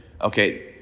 Okay